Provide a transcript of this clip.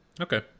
Okay